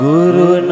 Guru